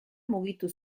mugitu